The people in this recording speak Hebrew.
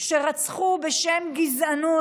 שרצחו בשם גזענות,